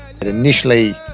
initially